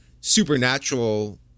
supernatural